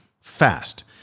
fast